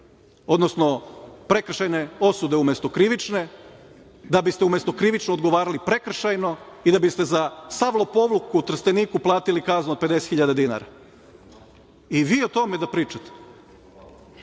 prekršajnu osudu umesto krivične, da biste umesto krivično odgovarali prekršajno i da biste za sav lopovluk u Trsteniku platili kaznu od 50.000 dinara. I vi o tome da pričate.